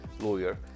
lawyer